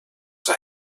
zur